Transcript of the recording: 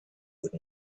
would